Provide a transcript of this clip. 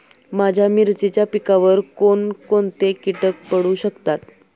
माझ्या मिरचीच्या पिकावर कोण कोणते कीटक पडू शकतात?